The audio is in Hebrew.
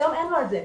היום אין לו את זה.